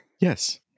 Yes